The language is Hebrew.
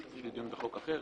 צריך ללכת לחוק אחר.